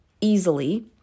easily